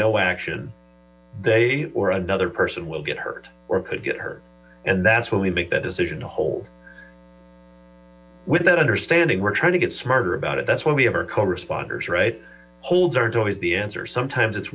no action they or another person will get hurt or could get hurt and tat's what we make that decision to hold with that understanding we're trying to get smarter about it that's why we have our correspondent right holds aren't always the answer sometimes it's